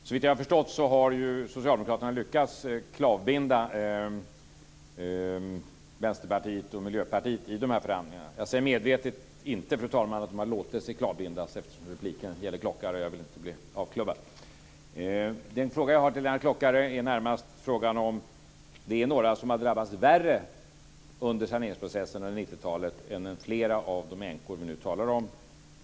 Såvitt jag har förstått har ju socialdemokraterna lyckats klavbinda Vänsterpartiet och Miljöpartiet i dessa förhandlingar. Jag säger medvetet inte, fru talman, att de har låtit sig klavbindas, eftersom repliken gäller Lennart Klockare och jag inte vill bli avklubbad. Den fråga som jag har till Lennart Klockare är närmast frågan om det är några som har drabbats värre under saneringsprocessen under 90-talet än flera av de änkor som vi nu talar om.